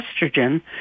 estrogen